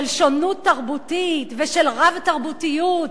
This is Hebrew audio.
של שונות תרבותית ושל רב-תרבותיות,